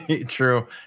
True